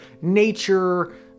nature